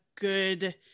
good